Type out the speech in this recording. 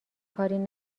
کاری